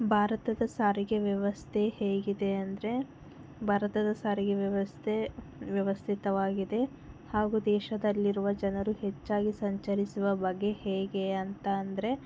ಭಾರತದ ಸಾರಿಗೆ ವ್ಯವಸ್ಥೆ ಹೇಗಿದೆ ಅಂದರೆ ಭಾರತದ ಸಾರಿಗೆ ವ್ಯವಸ್ಥೆ ವ್ಯವಸ್ಥಿತವಾಗಿದೆ ಹಾಗೂ ದೇಶದಲ್ಲಿರುವ ಜನರು ಹೆಚ್ಚಾಗಿ ಸಂಚರಿಸುವ ಬಗೆ ಹೇಗೆ ಅಂತ ಅಂದರೆ